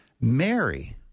Mary